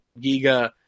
Giga